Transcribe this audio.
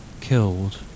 killed